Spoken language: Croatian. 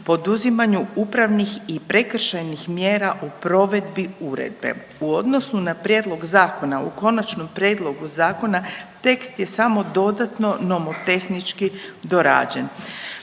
poduzimanju upravnih i prekršajnih mjera u provedbi Uredbe. U odnosu na prijedlog zakona, u konačnom prijedlogu zakona tekst je samo dodatno nomotehnički dorađen.